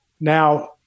now